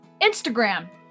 Instagram